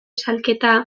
salaketa